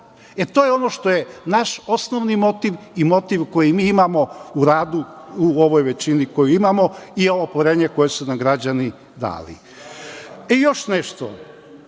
E, to je ono što je naš osnovni motiv i motiv koji mi imamo u radu u ovoj većini koju imamo i ovo poverenje koje su nam građani dali. Još nešto,